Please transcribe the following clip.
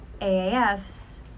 AAFs